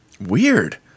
Weird